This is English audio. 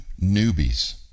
newbies